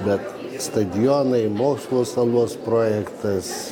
bet stadionai mokslo salos projektas